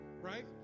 right